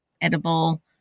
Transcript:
edible